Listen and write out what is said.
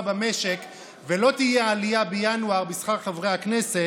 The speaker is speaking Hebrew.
במשק ולא תהיה עלייה בינואר בשכר חברי הכנסת.